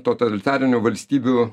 totalitarinių valstybių